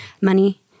money